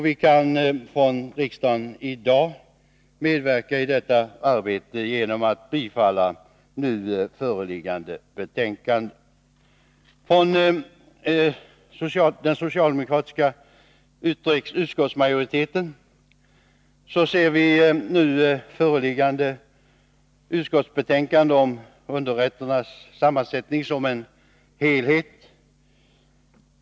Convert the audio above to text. Vi kan från riksdagen i dag medverka i detta arbete genom att bifalla hemställan i nu föreliggande betänkande. Från den socialdemokratiska utskottsmajoriteten ser vi nu föreliggande utskottsbetänkande om underrätternas sammansättning som en helhet.